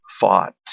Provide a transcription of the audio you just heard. fought